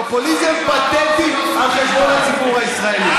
פופוליזם פתטי על חשבון הציבור הישראלי.